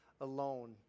alone